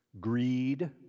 greed